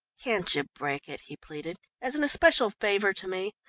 can't you break it? he pleaded, as an especial favour to me?